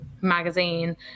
magazine